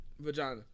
vagina